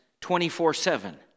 24-7